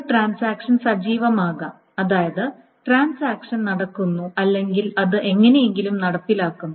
ഒരു ട്രാൻസാക്ഷൻ സജീവമാകാം അതായത് ട്രാൻസാക്ഷൻ നടക്കുന്നു അല്ലെങ്കിൽ അത് എങ്ങനെയെങ്കിലും നടപ്പിലാക്കുന്നു